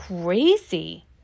Crazy